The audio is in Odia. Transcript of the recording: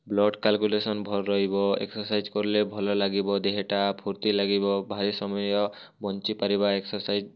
ବ୍ଲଡ଼୍ ସାର୍କୁଲେସନ୍ ଭଲ୍ ରହିବ ଏକ୍ସର୍ସାଇଜ୍ କଲେ ଭଲ ଲାଗିବ ଦେହେଟା ଫୁର୍ତି ଲାଗିବ ଭାରି ସମୟ ବଞ୍ଚିପାରିବା ଏକ୍ସର୍ସାଇଜ୍